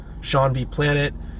SeanVPlanet